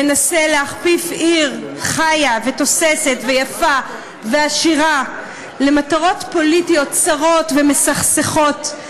מנסה להכפיף עיר חיה ותוססת ויפה ועשירה למטרות פוליטיות צרות ומסכסכות.